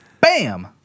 bam